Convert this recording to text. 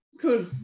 Cool